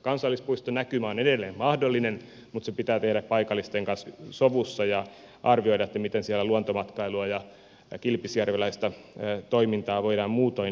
kansallispuistonäkymä on edelleen mahdollinen mutta se pitää tehdä paikallisten kanssa sovussa ja arvioida miten siellä luontomatkailua ja kilpisjärveläistä toimintaa voidaan muutoin edistää